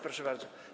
Proszę bardzo.